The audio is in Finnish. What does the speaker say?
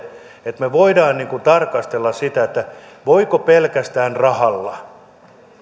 että me voimme tarkastella sitä voiko pelkästään rahalla